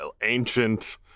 ancient